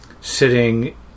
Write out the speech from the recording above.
sitting